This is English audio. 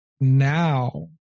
now